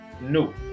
no